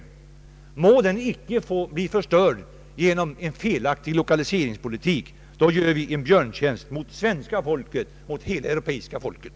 Må den icke bli förstörd genom en felaktig lokaliseringspolitik! Då gör vi en björntjänst mot svenska folket, mot hela det europeiska folket.